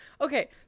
Okay